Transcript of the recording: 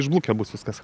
išblukę bus viskas